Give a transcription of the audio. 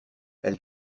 elle